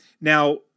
Now